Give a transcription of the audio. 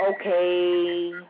okay